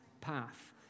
path